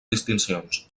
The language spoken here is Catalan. distincions